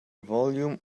volume